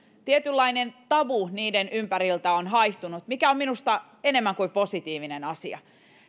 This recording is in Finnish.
tietynlainen tabu niiden ympäriltä on haihtunut mikä on minusta enemmän kuin positiivinen asia